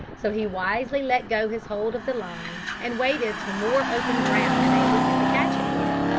so he wisely let go his hold of the line, and waited till more open ground enabled him to catch it again.